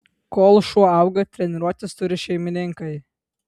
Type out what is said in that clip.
kol šuo auga treniruotis turi šeimininkai